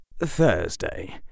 Thursday